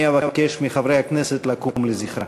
אני אבקש מחברי הכנסת לקום לזכרה.